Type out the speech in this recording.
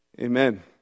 Amen